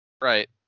Right